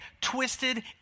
twisted